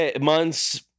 months